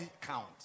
count